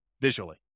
visually